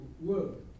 world